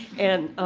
and,